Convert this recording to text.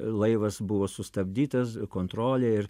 laivas buvo sustabdytas kontrolė ir